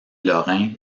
lorin